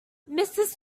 mrs